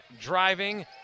driving